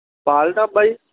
ਪਾਲ ਢਾਬਾ ਜੀ